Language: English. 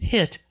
Hit